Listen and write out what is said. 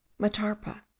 Matarpa